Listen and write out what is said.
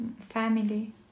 family